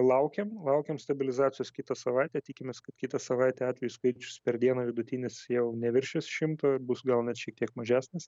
laukiam laukiam stabilizacijos kitą savaitę tikimės kad kitą savaitę atvejų skaičius per dieną vidutinis jau neviršys šimto ir bus gal net šiek tiek mažesnis